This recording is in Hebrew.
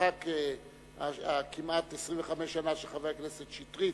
מרחק הכמעט 25 שנה שחבר הכנסת שטרית,